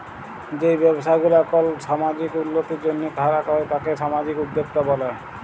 যেই ব্যবসা গুলা কল সামাজিক উল্যতির জন্হে করাক হ্যয় তাকে সামাজিক উদ্যক্তা ব্যলে